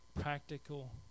Practical